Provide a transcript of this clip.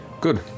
Good